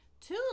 Two